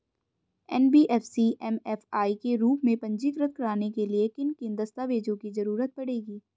NBFC MFI के रूप में पंजीकृत कराने के लिए किन किन दस्तावेजों की जरूरत पड़ेगी?